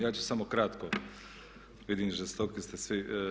Ja ću samo kratko, vidim žestoki ste svi.